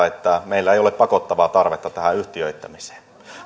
että meillä ei ole pakottavaa tarvetta tähän yhtiöittämiseen